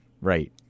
Right